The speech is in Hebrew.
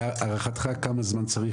להערכתך כמה זמן צריך להתכנס לזה?